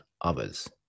others